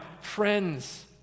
friends